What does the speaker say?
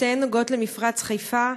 שתיהן קשורות למפרץ חיפה,